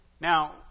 Now